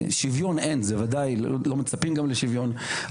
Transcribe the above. שוויון אין, בוודאי, לא מצפים גם לשוויון.